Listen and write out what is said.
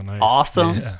awesome